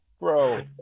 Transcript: bro